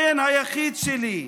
הבן היחיד שלי.